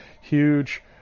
huge